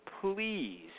please